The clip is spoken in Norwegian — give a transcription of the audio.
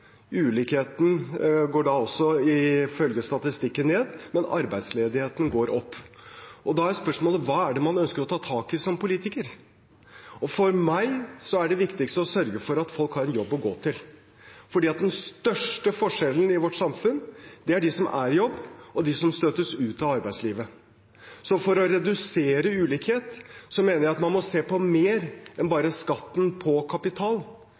går da også, ifølge statistikken, ned, men arbeidsledigheten går opp. Da er spørsmålet: Hva er det man ønsker å ta tak i som politiker? For meg er det viktigste å sørge for at folk har en jobb å gå til, for den største forskjellen i vårt samfunn går mellom de som er i jobb, og de som støtes ut av arbeidslivet. Så for å redusere ulikhet mener jeg at man må se på mer enn bare skatten på kapital.